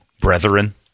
brethren